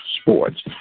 sports